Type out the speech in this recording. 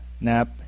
Nap